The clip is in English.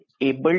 able